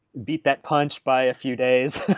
beat that punch by a few days.